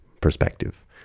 perspective